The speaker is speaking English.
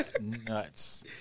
Nuts